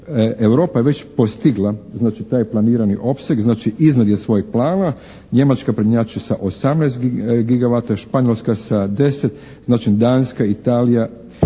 Europa je već postigla znači taj planirani opseg, znači iznad je svojeg plana. Njemačka prednjači sa 18 gigavata. Španjolska sa 10. Znači Danska, Italija,